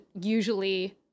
usually